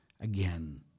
Again